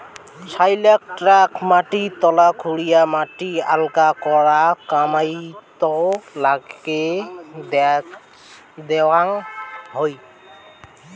সয়েলারক tractor মাটি তলা খুরিয়া মাটি আলগা করার কামাইয়ত নাগে দ্যাওয়াং হই